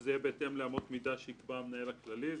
שזה יהיה בהתאם לאמות מידה שיקבע המנהל הכללי.